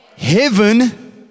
Heaven